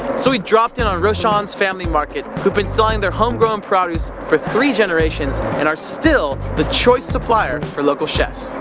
so we dropped in on rochon's family market who've been selling their home-grown produce for three generations and are still the choice supplier for local chefs.